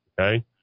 okay